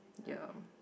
ya